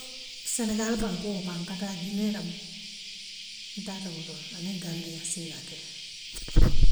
Senegaal bankoo baŋ kataa ginee lemu ntaata wooto le aniŋ gambiaa nsee naa kele.